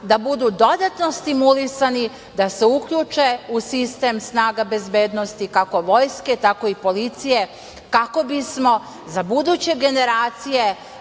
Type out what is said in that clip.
da budu dodatno stimulisani, da se uključe u sistem snaga bezbednosti kako Vojske tako i policije, kako bismo za buduće generacije